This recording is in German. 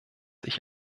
ich